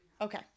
Okay